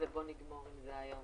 היום